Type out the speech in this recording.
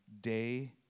day